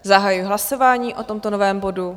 Zahajuji hlasování o tomto novém bodu.